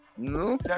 no